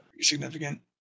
Significant